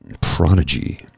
prodigy